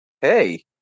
Hey